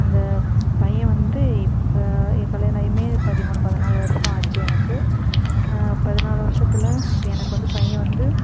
அந்த பையன் வந்து இப்போ எனக்குக் கல்யாணம் ஆகிமே பதிமூணு பதினாலு வருஷம் ஆச்சு எனக்கு பதினாலு வருஷத்துல இப்போ எனக்கு வந்து பையன் வந்து